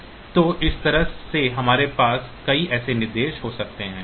तो इस तरह से हमारे पास कई ऐसे निर्देश हो सकते हैं